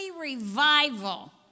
revival